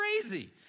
crazy